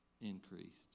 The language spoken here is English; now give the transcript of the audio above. increased